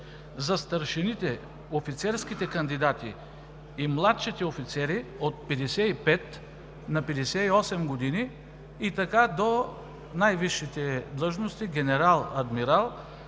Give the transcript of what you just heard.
за старшините, офицерските кандидати и младшите офицери – от 55 на 58 години, и така до най-висшите длъжности генерал, адмирал